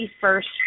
first